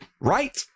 right